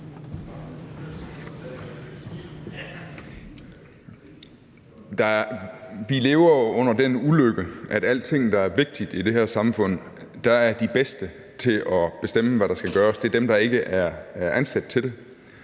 Vi lider jo under den ulykke, at i forhold til alting, der er vigtigt i det her samfund, er de bedste til at bestemme, hvad der skal gøres, dem, der ikke er ansat til det.